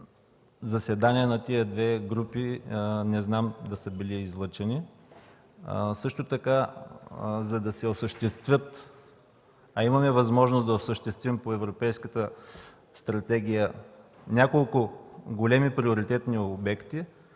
заседания на тези две групи не знам да са били проведени. Също така, за да се осъществят, а имаме възможност да осъществим по Европейската стратегия няколко големи приоритетни обекта,